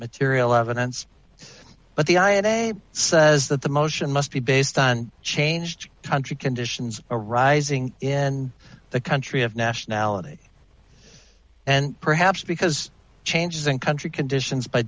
material evidence but the i and a says that the motion must be based on changed country conditions arising in the country of nationality and perhaps because changes in country conditions by